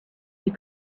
you